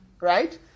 right